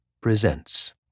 presents